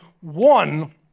one